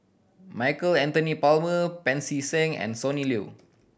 Michael Anthony Palmer Pancy Seng and Sonny Liew